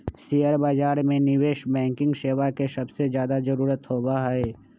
share बाजार में निवेश बैंकिंग सेवा के सबसे ज्यादा जरूरत होबा हई